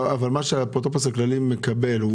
אבל מה שהאפוטרופוס הכללי מקבל,